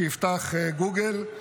שיפתח גוגל.